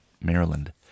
Maryland